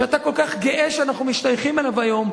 שאתה כל כך גאה שאנחנו משתייכים אליו היום,